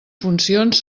funcions